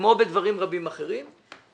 כמו בדברים רבים אחרים,